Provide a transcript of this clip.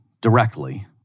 directly